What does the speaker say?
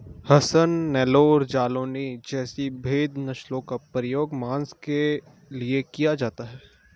हसन, नेल्लौर, जालौनी जैसी भेद नस्लों का प्रयोग मांस के लिए किया जाता है